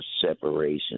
separation